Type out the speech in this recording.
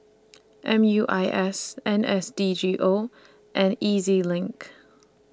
M U I S N S D G O and E Z LINK